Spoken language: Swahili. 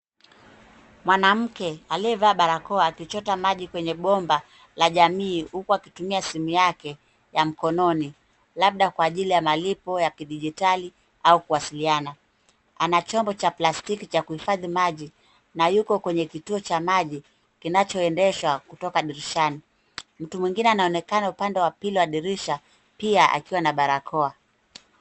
Mwanamke aliyevaa barakoa akichota maji kwenye bomba la jamii huku akitumia simu yake ya mkononi labda kwa ajili ya malipo ya kidijitali au kuwasiliana. Ana chombo cha plastiki cha kuhifadhi maji na yuko kwenye kituo cha maji kinachoendeshwa kutoka dirishani. Mtu mwingine anaonekana upande wa pili wa dirisha pia akiwa na barakoa.